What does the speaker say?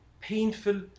painful